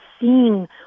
seeing